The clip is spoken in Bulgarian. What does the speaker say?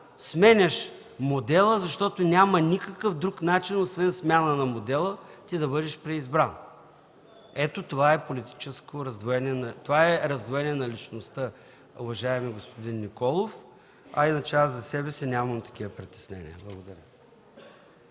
сменяш модела, защото няма никакъв друг начин, освен смяна на модела, да бъдеш преизбран. Това е раздвоение на личността, уважаеми господин Николов. Иначе аз за себе си нямам такива притеснения. Благодаря.